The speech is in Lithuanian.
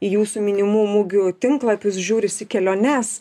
jūsų minimų mugių tinklapius žiūrisi keliones